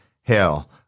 Hell